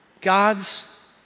God's